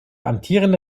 amtierende